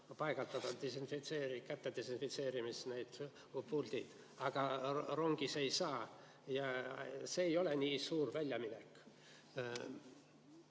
paigaldada käte desinfitseerimise puldid, aga rongidesse ei saa? See ei ole ju nii suur väljaminek.